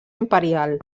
imperial